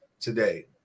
today